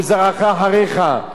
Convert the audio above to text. ולזרעך אחריך.